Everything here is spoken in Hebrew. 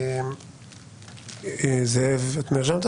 זאב לב.